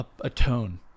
atone